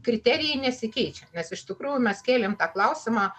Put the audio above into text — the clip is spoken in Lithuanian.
kriterijai nesikeičia nes iš tikrųjų mes kėlėm tą klausimą